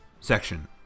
section